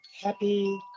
happy